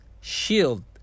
shield